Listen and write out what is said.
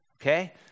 Okay